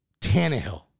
Tannehill